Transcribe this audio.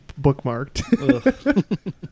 bookmarked